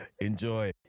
Enjoy